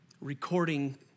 recording